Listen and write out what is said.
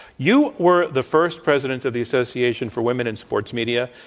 you were the first president of the association for women in sports media.